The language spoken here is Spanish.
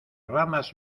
ramas